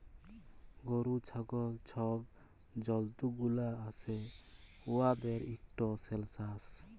গরু, ছাগল ছব জল্তুগুলা আসে উয়াদের ইকট সেলসাস